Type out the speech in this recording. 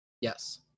Yes